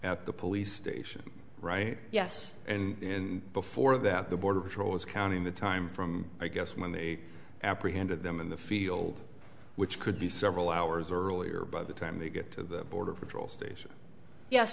at the police station right yes and before that the border patrol is counting the time from i guess when they apprehended them in the field which could be several hours earlier by the time they get to the border patrol station yes